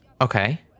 Okay